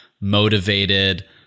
motivated